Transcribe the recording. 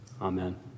amen